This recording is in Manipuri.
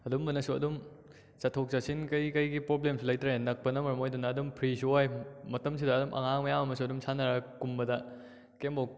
ꯑꯗꯨꯝꯕꯅꯁꯨ ꯑꯗꯨꯝ ꯆꯠꯊꯣꯛ ꯆꯠꯁꯤꯟ ꯀꯩꯀꯩꯒꯤ ꯄ꯭ꯔꯣꯕ꯭ꯂꯦꯝꯁꯨ ꯂꯩꯇ꯭ꯔꯦ ꯅꯛꯄꯅ ꯃꯔꯝ ꯑꯣꯏꯗꯨꯅ ꯑꯗꯨꯝ ꯐ꯭ꯔꯤꯁꯨ ꯑꯣꯏ ꯃꯇꯝꯁꯤꯗ ꯑꯗꯨꯝ ꯑꯉꯥꯡ ꯃꯌꯥꯝ ꯑꯃꯁꯨ ꯑꯗꯨꯝ ꯁꯥꯟꯅꯔ ꯀꯨꯝꯕꯗ ꯀꯩꯝꯕꯣꯛ